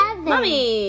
mommy